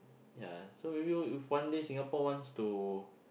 ya so maybe if one day Singapore wants to